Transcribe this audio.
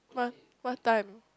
what what time